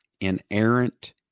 inerrant